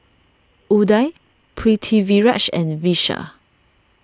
Udai Pritiviraj and Vishal